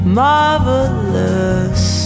marvelous